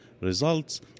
results